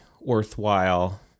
worthwhile